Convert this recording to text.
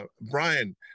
Brian